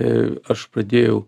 ė aš pradėjau